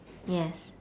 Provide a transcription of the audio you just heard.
yes